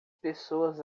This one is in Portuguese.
pessoas